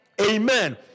Amen